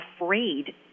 afraid